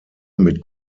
mit